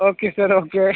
okay sir okay